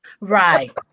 Right